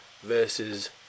versus